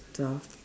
stuff